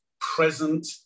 present